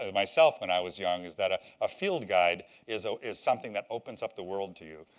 ah myself, when i was young is that ah a field guide is ah is something that opens up the world to you.